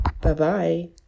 Bye-bye